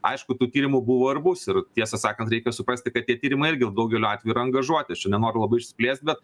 aišku tų tyrimų buvo ir bus ir tiesą sakant reikia suprasti kad tie tyrimai irgi daugeliu atveju yra angažuoti aš čia nenoriu labai išsiplėst bet